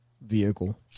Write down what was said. vehicle